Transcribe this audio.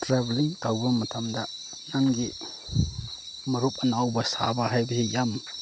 travelling ꯇꯧꯕ ꯃꯇꯝꯗ ꯅꯪꯒꯤ ꯃꯔꯨꯞ ꯑꯅꯧꯕ ꯁꯥꯕ ꯍꯥꯏꯗꯤ ꯌꯥꯝ